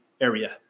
area